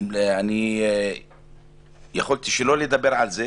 אני יכולתי שלא לדבר על זה,